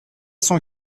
cent